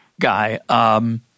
guy